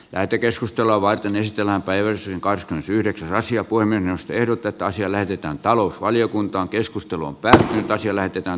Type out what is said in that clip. lähetekeskustelua varten ystävänpäiväisiin cas yhdeksän asia voi mennä ehdotetaan siellä ehditään talousvaliokuntaan keskusteluun pärähtää siellä ketään